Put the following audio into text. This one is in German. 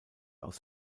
aus